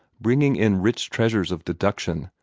bringing in rich treasures of deduction,